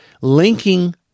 linking